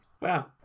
Wow